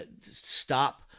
stop